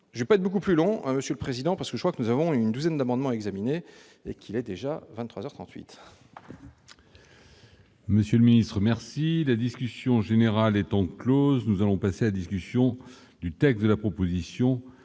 j'ai pas de beaucoup plus long, monsieur le président, parce que je crois que nous avons une douzaine d'amendements examinés et qu'il est déjà 23